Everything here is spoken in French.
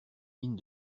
mines